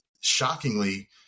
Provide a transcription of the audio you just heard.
shockingly